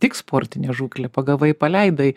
tik sportinė žūklė pagavai paleidai